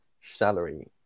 salary